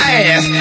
ass